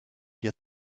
get